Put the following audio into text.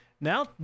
now